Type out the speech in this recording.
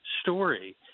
story